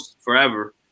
forever